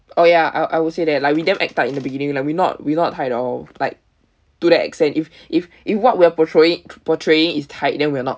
oh ya I I would say that like we damn act up in the beginning like we not we not tight at all like to that extent if if if what we're portraying portraying is tight then we're not